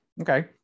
Okay